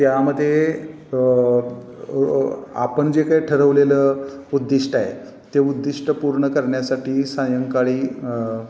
त्यामदे आपण जे काही ठरवलेलं उद्दिष्ट आहे ते उद्दिष्ट पूर्ण करण्यासाठी सायंकाळी